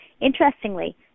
Interestingly